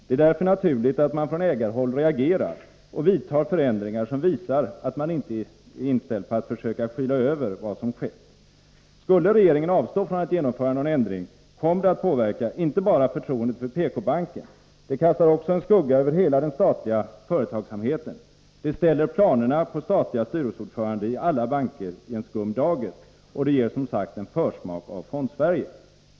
Det är därför naturligt att man från ägarhåll reagerar och vidtar förändringar som visar att man inte är inställd på att försöka skyla över vad som skett. Skulle regeringen avstå från att genomföra förändringar, kommer det att påverka inte bara förtroendet för PK-banken, det kastar också en skugga över hela den statliga företagsamheten. Det ställer planerna på att staten skall utse styrelseordförandena i alla banker i en skum dager, och det ger som sagt en försmak av Fondsverige.